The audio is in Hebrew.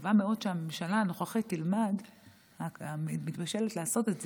מקווה מאוד שהממשלה הנוכחית המתבשלת תלמד לעשות את זה,